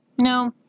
No